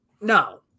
No